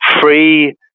free